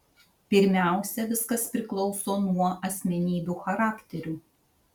pirmiausia viskas priklauso nuo asmenybių charakterių